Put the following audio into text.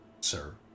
Sir